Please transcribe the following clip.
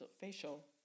facial